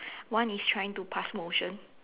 one is trying to pass motion